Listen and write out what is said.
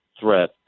threat